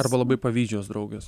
arba labai pavydžios draugės